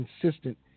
consistent